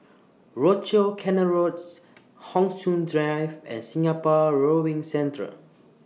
Rochor Canal Roads Hon Sui Sen Drive and Singapore Rowing Centre